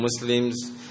Muslims